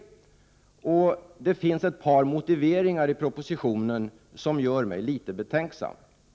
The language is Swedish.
Det finns ett par motiveringar i propositionen som gör mig litet betänksam.